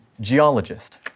geologist